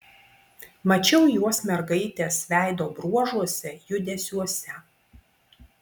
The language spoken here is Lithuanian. mačiau juos mergaitės veido bruožuose judesiuose